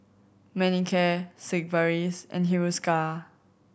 Manicare Sigvaris and Hiruscar